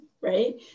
right